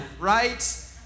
right